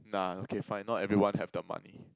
nah okay fine not everyone have the money